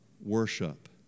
worship